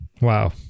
Wow